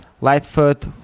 Lightfoot